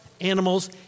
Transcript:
animals